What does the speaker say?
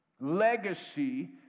legacy